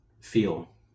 feel